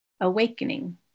awakening